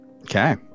Okay